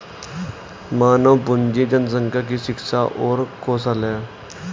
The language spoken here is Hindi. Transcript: मानव पूंजी जनसंख्या की शिक्षा और कौशल है